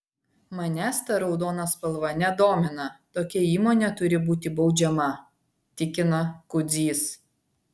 manęs ta raudona spalva nedomina tokia įmonė turi būti baudžiama tikina kudzys